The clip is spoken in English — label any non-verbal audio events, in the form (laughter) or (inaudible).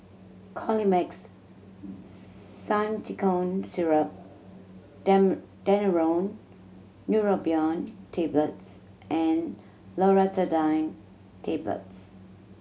Colimix (unintelligible) Simethicone Syrup (unintelligible) Daneuron Neurobion Tablets and Loratadine Tablets